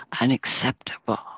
unacceptable